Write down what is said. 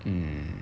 mm